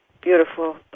beautiful